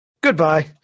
goodbye